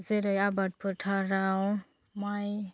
जेरै आबाद फोथाराव माय